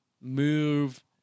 move